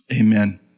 Amen